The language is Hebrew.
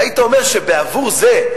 והיית אומר שבעבור זה,